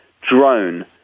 drone